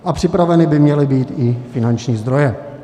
A připraveny by měly být i finanční zdroje.